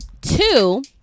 two